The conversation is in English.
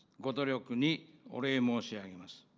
koto rio cooney or emoji ah yeah amaz